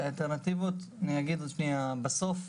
בסוף,